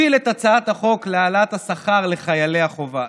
הפיל את הצעת החוק להעלאת השכר לחיילי החובה.